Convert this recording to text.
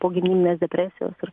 pogimdyvinės depresijos ir